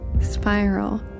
spiral